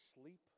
sleep